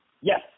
Yes